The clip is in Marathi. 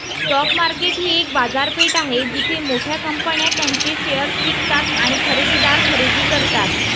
स्टॉक मार्केट ही एक बाजारपेठ आहे जिथे मोठ्या कंपन्या त्यांचे शेअर्स विकतात आणि खरेदीदार खरेदी करतात